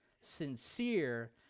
sincere